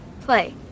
play